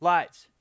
Lights